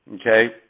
Okay